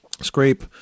scrape